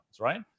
right